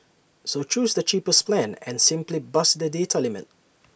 so choose the cheapest plan and simply bust the data limit